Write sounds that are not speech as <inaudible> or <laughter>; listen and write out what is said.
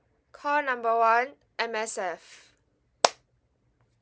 call number one M_S_F <noise>